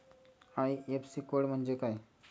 IFSC code म्हणजे काय?